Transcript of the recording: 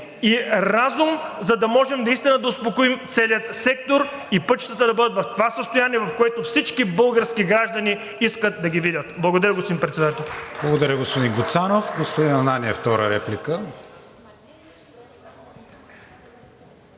и разум, за да можем наистина да успокоим целия сектор и пътищата да бъдат в това състояние, в което всички български граждани искат да ги видят. Благодаря, господин Председател. (Ръкопляскания от „БСП за България“.) Господин Ананиев, втора реплика.